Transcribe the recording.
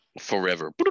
forever